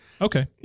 Okay